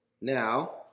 Now